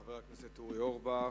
חבר הכנסת אורי אורבך,